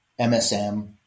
MSM